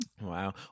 Wow